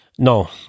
No